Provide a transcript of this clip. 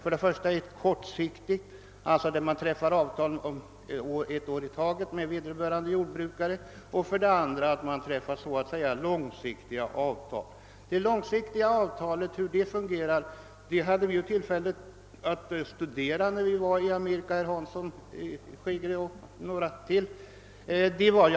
Det första är kortsiktigt — man träffar avtal för ett år i taget med vederbörande jordbrukare — medan det andra innebär långsiktiga avtal. Hur det långsiktiga avtalet fungerar hade herr Hansson i Skegrie och jag tillfälle att studera, när vi var i Amerika.